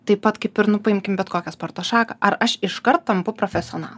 taip pat kaip ir nu paimkim bet kokią sporto šaką ar aš iškart tampu profesionalu